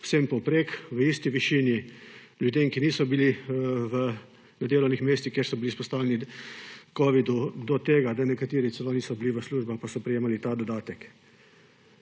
vsem poprek, v isti višini ljudem, ki niso bili na delovnih mestih, kjer so bili izpostavljeni covidu, do tega, da nekateri celo niso bili v službah, pa so prejemali ta dodatek.